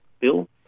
bill